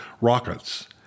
rockets